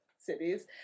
cities